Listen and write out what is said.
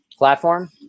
platform